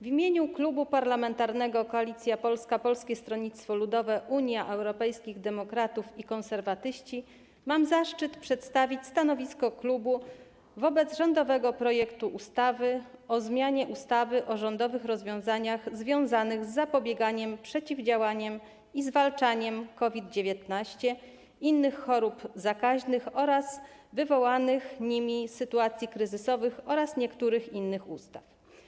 W imieniu Klubu Parlamentarnego Koalicja Polska - Polskie Stronnictwo Ludowe, Unia Europejskich Demokratów i Konserwatyści mam zaszczyt przedstawić stanowisko klubu wobec rządowego projektu ustawy o zmianie ustawy o rządowych rozwiązaniach związanych z zapobieganiem, przeciwdziałaniem i zwalczaniem COVID-19, innych chorób zakaźnych oraz wywołanych nimi sytuacji kryzysowych oraz niektórych innych ustaw.